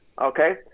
okay